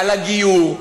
על הגיור,